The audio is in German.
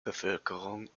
bevölkerung